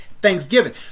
Thanksgiving